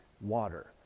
water